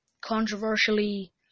controversially